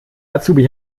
azubi